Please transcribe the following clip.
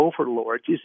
overlords